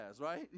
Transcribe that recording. right